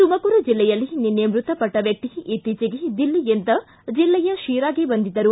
ತುಮಕೂರು ಜಿಲ್ಲೆಯಲ್ಲಿ ನಿನ್ನೆ ಮೃತಪಟ್ಟ ವ್ಯಕ್ತಿ ಇತ್ತೀಚೆಗೆ ದಿಲ್ಲಿಯಿಂದ ಜಿಲ್ಲೆಯ ಶಿರಾಗೆ ಬಂದಿದ್ದರು